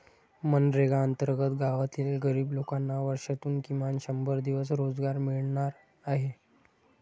मनरेगा अंतर्गत गावातील गरीब लोकांना वर्षातून किमान शंभर दिवस रोजगार मिळणार आहे